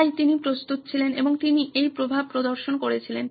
তাই তিনি প্রস্তুত ছিলেন এবং তিনি এই প্রভাব প্রদর্শন করেছিলেন